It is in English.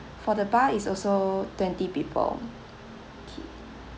for the bar it's also twenty people okay